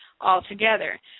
altogether